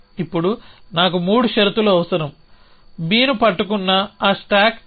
ఇప్పుడు నాకు మూడు షరతులు అవసరం B ను పట్టుకున్న ఆ స్టాక్ చర్య